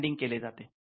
branding केले जाते